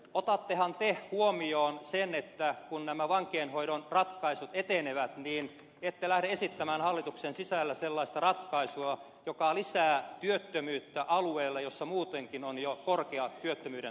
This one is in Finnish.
otattehan te huomioon sen että kun nämä vankeinhoidon ratkaisut etenevät niin ette lähde esittämään hallituksen sisällä sellaista ratkaisua joka lisää työttömyyttä alueella jolla muutenkin on jo korkea työttömyyden taso